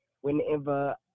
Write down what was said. whenever